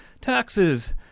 taxes